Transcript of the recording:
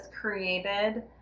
created